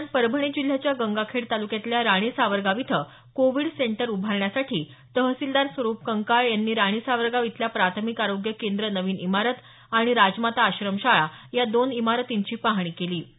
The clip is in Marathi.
दरम्यान परभणी जिल्ह्याच्या गंगाखेड तालुक्यातल्या राणी सावरगाव इथं कोविड सेंटर उभारणीसाठी तहसीलदार स्वरूप कंकाळ यांनी राणी सावरगाव इथल्या प्राथमिक आरोग्य केंद्र नविन इमारत आणि राजमाता आश्रमशाळा या दोन इमारतींची पाहणी केली